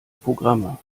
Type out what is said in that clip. programme